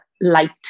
light